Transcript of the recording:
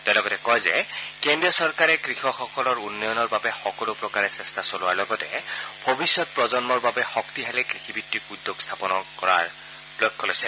তেওঁ লগতে কয় যে কেন্দ্ৰীয় চৰকাৰে কৃষকসকলৰ উন্নয়নৰ বাবে সকলো প্ৰকাৰে চেষ্টা চলোৱাৰ লগতে ভৱিষ্যত প্ৰজন্মৰ বাবে শক্তিশালী কৃষিভিত্তিক উদ্যোগ স্থাপন কৰাৰ লক্ষ্য লৈছে